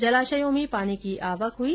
जलाशयों में पानी की आवक हुई